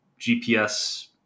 GPS